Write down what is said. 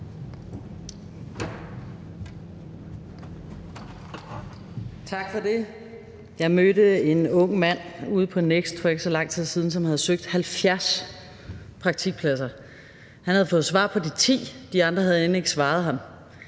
Tak for det. Jeg mødte en ung mand ude på NEXT for ikke så lang tid siden, som havde søgt 70 praktikpladser. Han havde fået svar på de 10, de andre havde end ikke svaret ham.